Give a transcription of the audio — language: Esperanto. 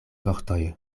vortoj